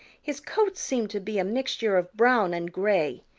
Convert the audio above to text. his coat seemed to be a mixture of brown and gray,